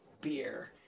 beer